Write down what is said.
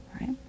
right